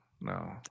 no